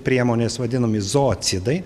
priemonės vadinami zoocidai